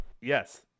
Yes